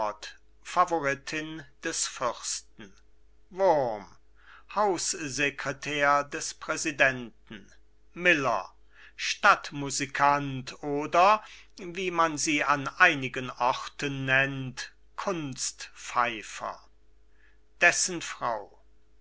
favoritin des fürsten wurm haussecretär des präsidenten miller stadtmusikant oder wie man sie an einigen orten nennt kunstpfeifer dessen frau